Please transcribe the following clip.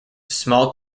small